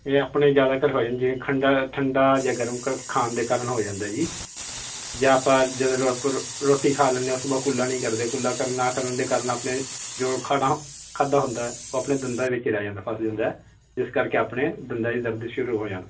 ਇਹ ਆਪਣੇ ਜ਼ਿਆਦਾਤਰ ਹੋ ਜਾਂਦੀ ਖੰਡਾ ਠੰਡਾ ਜਾਂ ਗਰਮ ਖਾਣ ਦੇ ਕਾਰਨ ਹੋ ਜਾਂਦਾ ਜੀ ਜੇ ਆਪਾਂ ਜਦੋਂ ਰੋ ਰੋਟੀ ਖਾ ਲੈਂਦੇ ਸੁਬਾਹ ਕੁਰਲਾ ਨਹੀਂ ਕਰਦੇ ਕੁਰਲਾ ਕਰਨ ਨਾ ਕਰਨ ਦੇ ਕਾਰਨ ਆਪਣੇ ਜੋ ਖਾਣਾ ਖਾਧਾ ਹੁੰਦਾ ਉਹ ਆਪਣੇ ਦੰਦਾਂ ਵਿੱਚ ਰਹਿ ਜਾਂਦਾ ਫਸ ਜਾਂਦਾ ਇਸ ਕਰਕੇ ਆਪਣੇ ਦੰਦਾਂ ਦੀ ਦਰਦ ਸ਼ੁਰੂ ਹੋ ਜਾਣ